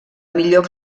millor